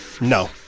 No